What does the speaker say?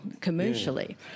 commercially